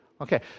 Okay